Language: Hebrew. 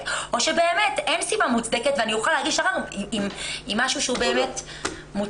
או שבאמת אין סיבה מוצדקת ואני אוכל להגיש ערער עם משהו שבאמת מוצק.